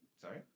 Sorry